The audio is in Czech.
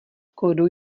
kódu